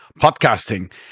podcasting